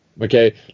Okay